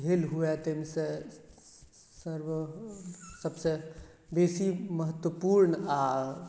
भेल हुए ताहिमे सॅं सबसे बेसी महत्वपूर्ण आ